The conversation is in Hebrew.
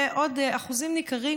ועוד אחוזים ניכרים,